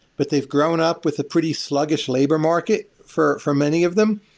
but they've grown up with a pretty sluggish labor market for for many of them.